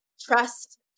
trust